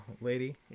lady